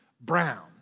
brown